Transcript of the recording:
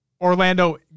Orlando